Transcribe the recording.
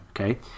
Okay